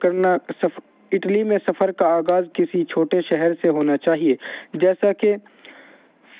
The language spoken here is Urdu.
اٹلی میں سفر کرنا اٹلی میں سفر کا آغاز کسی چھوٹے شہر سے ہونا چاہیے جیسا کہ